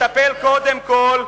תטפל קודם כול,